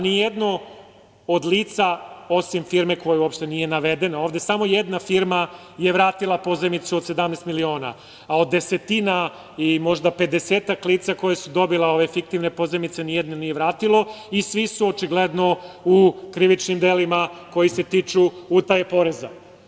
Ni jedno od lica, osim firme koja uopšte nije navedena ovde, samo jedna firma je vratila pozajmicu od 17 miliona, a od desetina, možda i pedesetak lica koja su dobile ove fiktivne pozajmice ni jedno nije vratilo i svi su, očigledno, u krivičnim delima koji se tiču utaje poreza.